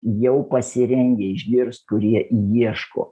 jau pasirengę išgirst kurie ieško